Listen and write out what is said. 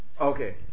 Okay